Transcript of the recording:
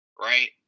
right